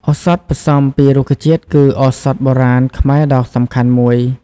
ឱសថផ្សំពីរុក្ខជាតិគឺឱសថបុរាណខ្មែរដ៏សំខាន់មួយ។